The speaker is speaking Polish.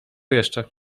jeszcze